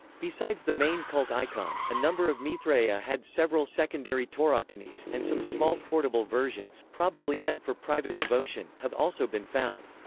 besides the main cult icon, a number of mithraea had several secondary tauroctonies, and some small portable versions, probably meant for private devotion, have also been found.